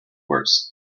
worst